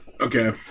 Okay